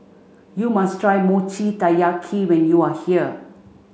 you must try Mochi Taiyaki when you are here